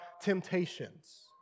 temptations